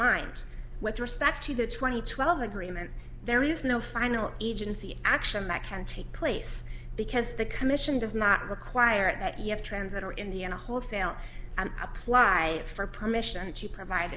mind with respect to the twenty twelve agreement there is no final agency action that can take place because the commission does not require it that you have trends that are in the in a wholesale and apply for permission to provide